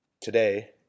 today